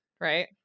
right